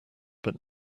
but